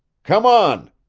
come on!